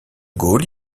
gaulle